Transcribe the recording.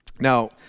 Now